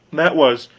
that was,